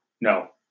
no